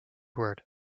word